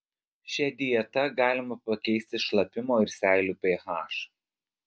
šia dieta galima pakeisti šlapimo ir seilių ph